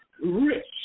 rich